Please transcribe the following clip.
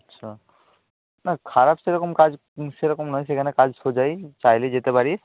আচ্ছা না খারাপ সেরকম কাজ সেরকম নয় সেখানে কাজ সোজাই চাইলে যেতে পারিস